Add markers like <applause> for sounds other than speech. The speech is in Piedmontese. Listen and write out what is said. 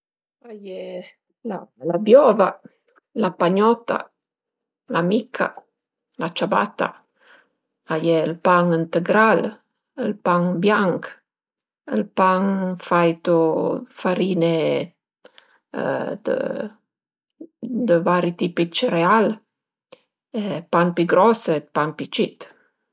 A ie la biova, la pagnota, la mica, la ciabata, a ie ël pan ëntëgral, ël pan bianch, ël pan fait u farin-e <hesitation> dë vari tipi 'd cereal e pan pi gros e pan pi cit